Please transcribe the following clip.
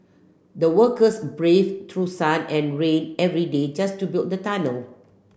the workers braved through sun and rain every day just to build the tunnel